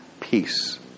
peace